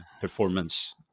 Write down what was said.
performance